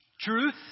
truth